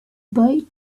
boy